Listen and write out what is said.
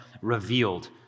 revealed